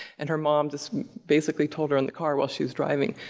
and her mom just basically told her in the car while she was driving,